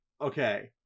okay